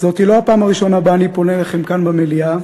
זו לא הפעם הראשונה שאני פונה אליכם כאן במליאה,